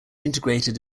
integrated